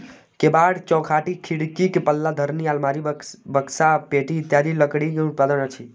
केबाड़, चौखटि, खिड़कीक पल्ला, धरनि, आलमारी, बकसा, पेटी इत्यादि लकड़ीक उत्पाद अछि